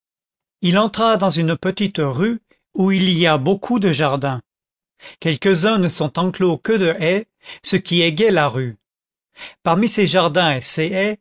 il entra dans une petite rue où il y a beaucoup de jardins quelques-uns ne sont enclos que de haies ce qui égaye la rue parmi ces jardins et ces